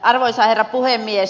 arvoisa herra puhemies